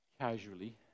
casually